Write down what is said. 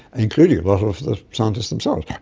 including a lot of the scientists themselves,